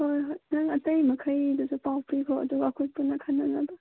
ꯍꯣꯏ ꯍꯣꯏ ꯅꯪ ꯑꯇꯩ ꯃꯈꯩꯗꯨꯁꯨ ꯄꯥꯎ ꯄꯤꯈꯣ ꯑꯗꯨꯒ ꯑꯩꯈꯣꯏ ꯄꯨꯟꯅ ꯈꯟꯅꯅꯕ